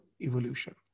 evolution